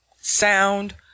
sound